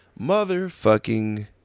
motherfucking